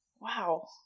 Wow